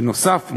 בנוסף,